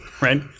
Right